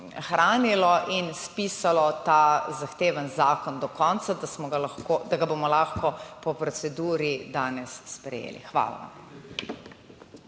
hranilo, in spisalo ta zahtevni zakon do konca, da ga bomo lahko po proceduri danes sprejeli. Hvala.